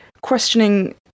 questioning